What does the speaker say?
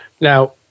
Now